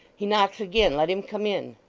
he knocks again. let him come in